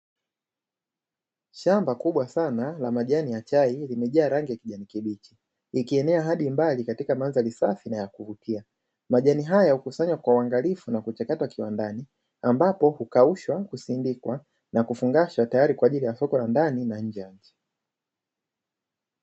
Shamba kubwa sana la majani ya chai limejaa rangi ya kijani kibichi, ikienea hadi mbali katika mandhari safi na ya kuvutia. Majani haya hukusanywa kwa uangalifu na kuchakatwa kiwandani ambapo hukaushwa, husindikwa na kufungashwa tayari kwa ajili ya soko la ndani na nje ya nchi.